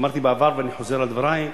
אמרתי בעבר, ואני חוזר על דברי,